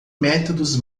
métodos